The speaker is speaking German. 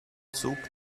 zug